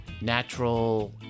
natural